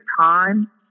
time